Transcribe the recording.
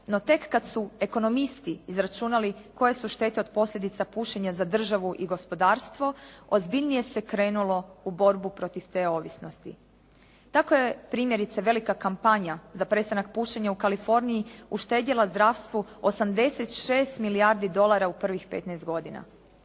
no tek kad su ekonomisti izračunali koje su štete od posljedica pušenja za državu i gospodarstvo ozbiljnije se krenulo u borbu protiv te ovisnosti. Tako je primjerice velika kampanja za prestanak pušenja u Kaliforniji uštedjela zdravstvu 86 milijardi dolara u prvih 15 godina.